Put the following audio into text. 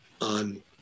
on